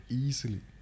easily